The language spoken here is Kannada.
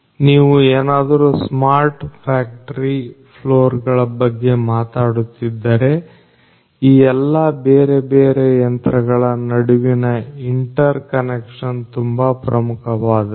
ನೀವು ಏನಾದರೂ ಸ್ಮಾರ್ಟ್ ಫ್ಯಾಕ್ಟರಿ ಫ್ಲೋರ್ ಗಳ ಬಗ್ಗೆ ಮಾತಾಡುತ್ತಿದ್ದರೆ ಈ ಎಲ್ಲಾ ಬೇರೆ ಬೇರೆ ಯಂತ್ರಗಳ ನಡುವಿನ ಇಂಟರ್ ಕನೆಕ್ಷನ್ ತುಂಬಾ ಪ್ರಮುಖವಾದದ್ದು